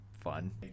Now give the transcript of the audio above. fun